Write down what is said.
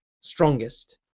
strongest